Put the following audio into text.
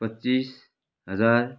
पच्चिस हजार